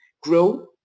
grow